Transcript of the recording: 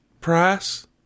price